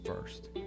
first